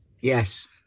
Yes